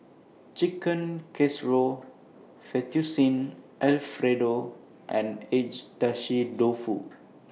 Chicken Casserole Fettuccine Alfredo and Agedashi Dofu